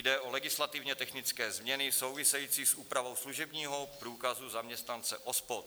Jde o legislativně technické změny související s úpravou služebního průkazu zaměstnance OSPOD.